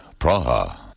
Praha